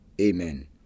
Amen